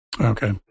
okay